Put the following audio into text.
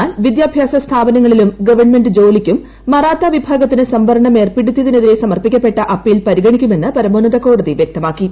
എന്നാൽ വിദ്യാഭ്യാസസ്സ്ട്രാപനങ്ങളിലും ഗവൺമെന്റ് ജോലിക്കും മറാത്ത വിഭാഗത്തിന് സ്ംവരണം ഏർപ്പെടുത്തിയതിനെതിരെ സമർപ്പിക്കപ്പെട്ട അപ്പീൽ പരിഗണിക്കുമെന്ന് പരമോന്നത കോടതി വൃക്തമാക്കി